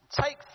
take